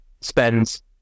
spends